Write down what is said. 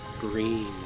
green